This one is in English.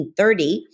1930